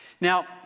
Now